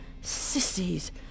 sissies